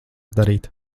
darīt